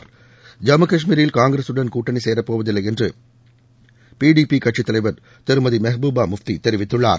ஐம்மு கஷ்மீரில் காங்கிரசுடன் கூட்டணி சேரப்போதில்லை என்று பிடிபி கட்சி தலைவர் திருமதி மெஹ்பூபா முப்தி தெரிவித்துள்ளார்